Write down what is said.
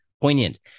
poignant